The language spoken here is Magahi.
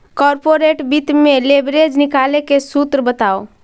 कॉर्पोरेट वित्त में लिवरेज निकाले के सूत्र बताओ